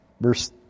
verse